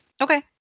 Okay